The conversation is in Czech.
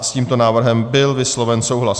S tímto návrhem byl vysloven souhlas.